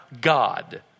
God